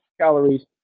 calories